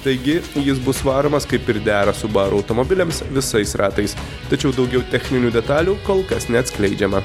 taigi jis bus varomas kaip ir dera subaru automobiliams visais ratais tačiau daugiau techninių detalių kol kas neatskleidžiama